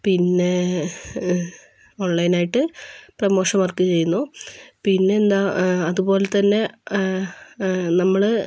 പിന്നെ ഓൺലൈനായിട്ട് promotion work ചെയ്യുന്നു പിന്നെയെന്താ അതുപോലെത്തന്നെ നമ്മൾ